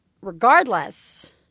regardless